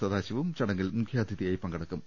സദാശിവം ചടങ്ങിൽ മുഖ്യാതിഥിയായി പങ്കെടുക്കും